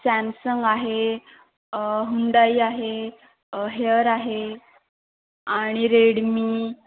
Samsung आहे Hyundai आहे Haier आहे आणि रेडमी